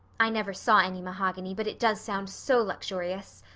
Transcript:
i never saw any mahogany, but it does sound so luxurious.